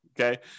Okay